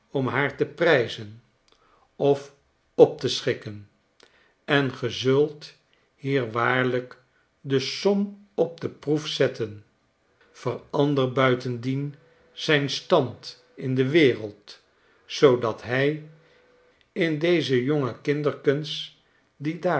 om haar te prijzen of op te schikken en ge zult hier waarlijk de som op de proef zetten verander buitendien zijn stand in de wereld zoodat hij in deze jonge kinderkens die